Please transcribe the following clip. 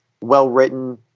Well-written